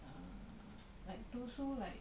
uh like 读书 like